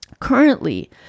Currently